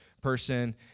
person